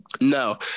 No